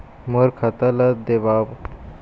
मोर खाता ला देवाव?